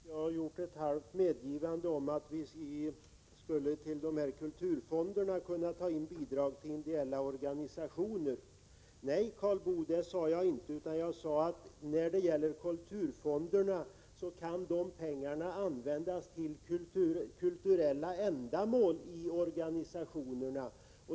Herr talman! Karl Boo säger att jag gjort ett halvt medgivande att vi i kulturfonderna skulle ta in bidrag till ideella organisationer. Nej, Karl Boo, det sade jag inte. Jag sade att pengarna från kulturfonderna skulle kunna användas till kulturella ändamål i organisationerna.